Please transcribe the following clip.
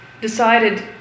decided